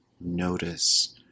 notice